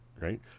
right